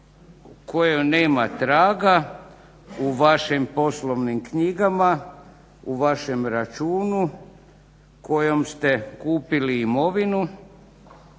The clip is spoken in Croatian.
kojoj nema traga u vašim poslovnim knjigama, u vašem računu kojom ste kupili imovinu